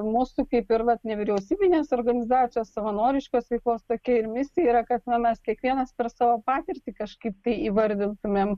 mūsų kaip ir vat nevyriausybinės organizacijos savanoriškos veiklos tokia ir misija yra kad mes kiekvienas per savo patirtį kažkaip tai įvardintumėm